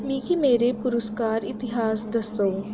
मिगी मेरे पुरस्कार इतिहास दस्सो